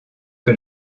que